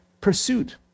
pursuit